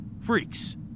Freaks